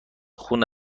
خون